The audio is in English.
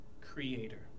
creator